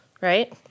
Right